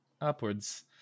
upwards